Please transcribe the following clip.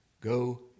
Go